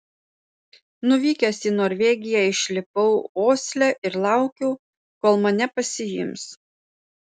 nuvykęs į norvegiją išlipau osle ir laukiau kol mane pasiims